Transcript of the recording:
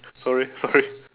sorry sorry